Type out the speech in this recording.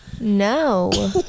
No